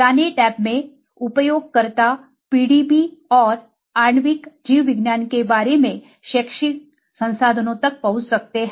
जानें टैब में उपयोगकर्ता PDB और आणविक जीव विज्ञान के बारे में शैक्षिक संसाधनों तक पहुंच सकते हैं